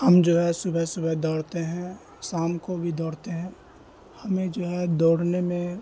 ہم جو ہے صبح صبح دوڑتے ہیں سام کو بھی دوڑتے ہیں ہمیں جو ہے دوڑنے میں